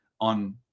on